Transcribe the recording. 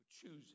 choosing